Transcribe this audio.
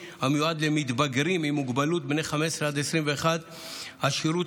המיועדת למתבגרים עם מוגבלות בני 15 עד 21. השירות